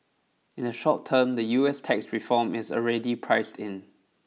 in the short term the U S tax reform is already priced in